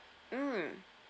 mm